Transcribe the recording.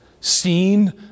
seen